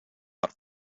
maar